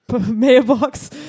mailbox